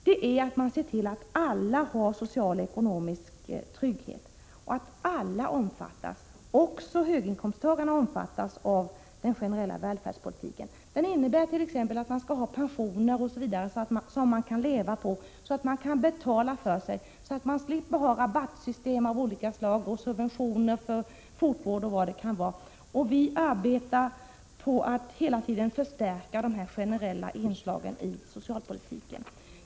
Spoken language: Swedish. Det är att man ser till att alla har social och ekonomisk trygghet och att alla, också höginkomsttagare, omfattas av den generella välfärdspolitiken. Det innebär t.ex. att det skall finnas pensioner som man kan leva på och kan betala för sig så att vi slipper ha rabattsystem av olika slag och subventioner för fotvård osv. Vi arbetar för att 45 hela tiden förstärka de generella inslagen i socialpolitiken.